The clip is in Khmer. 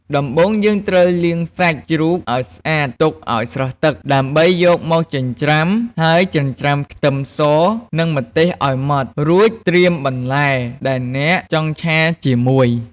ដំបូងយើងត្រូវលាងសាច់ជ្រូកឱ្យស្អាតទុកឱ្យស្រស់ទឹក ដើម្បីយកមកចិញ្ច្រាំ ហើយចិញ្ច្រាំខ្ទឹមស និងម្ទេសឱ្យម៉ដ្ឋ រួចត្រៀមបន្លែដែលអ្នកចង់ឆាជាមួយ។